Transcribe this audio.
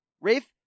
Rafe